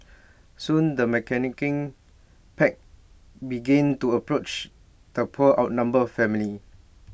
soon the pack began to approach the poor outnumbered family